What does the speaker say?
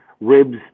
ribs